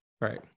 right